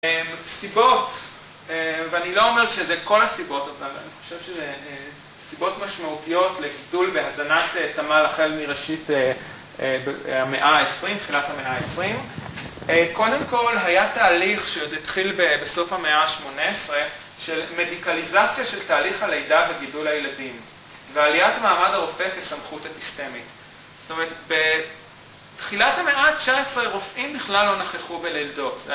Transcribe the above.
סיבות, ואני לא אומר שזה כל הסיבות, אבל אני חושב שזה סיבות משמעותיות לגידול בהזנת תמל החל מראשית המאה ה-20, מתחילת המאה ה-20. קודם כל, היה תהליך שעוד התחיל בסוף המאה ה-18, של מדיקליזציה של תהליך הלידה וגידול הילדים, ועליית מעמד הרופא כסמכות אפיסטמית. זאת אומרת, בתחילת המאה ה-19, רופאים בכלל לא נכחו בלידות